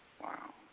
Wow